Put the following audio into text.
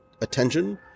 attention